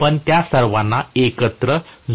आपण या सर्वांना एकत्र जोडत आहात